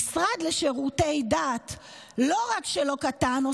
המשרד לשירותי דת לא רק שלא קטן,